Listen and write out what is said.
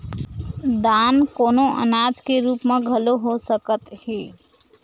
दान कोनो अनाज के रुप म घलो हो सकत हे